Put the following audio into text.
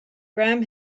graham